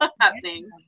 happening